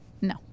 No